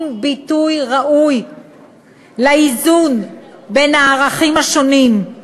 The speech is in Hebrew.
ביטוי ראוי לאיזון בין הערכים השונים,